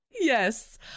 yes